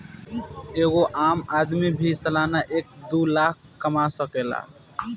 एगो आम आदमी भी सालाना एक दू लाख कमा सकेला